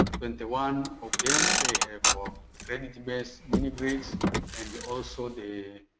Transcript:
twenty one of them, they have ah credit based mini grids and also they